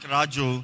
Raju